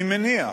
אני מניח